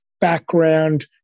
background